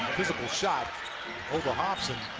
physical shot over hobson.